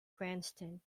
cranston